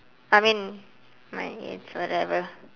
I mean my age whatever